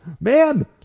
man